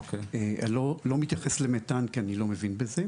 אני לא מתייחס למתאן כי אני לא מבין בזה,